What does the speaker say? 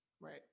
Right